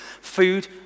food